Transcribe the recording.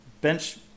bench